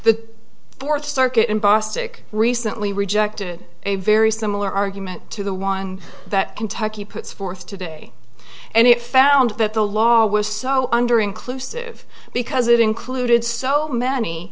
the fourth circuit in bostic recently rejected a very similar argument to the one that kentucky puts forth today and it found that the law was so under inclusive because it included so many